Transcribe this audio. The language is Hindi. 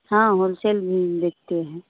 हाँ होलसेल भी देखते हैं